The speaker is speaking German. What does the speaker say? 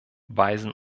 weisen